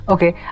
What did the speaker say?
Okay